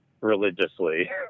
Religiously